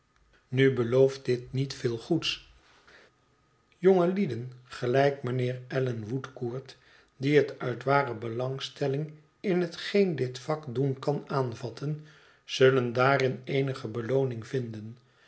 nu belooft dit niet veel goeds jongelieden gelijk mijnheer allan woodcourt die het uit ware belangstelling in hetgeen dit vak doen kan aanvatten zullen daarin eenige belooning vinden